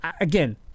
again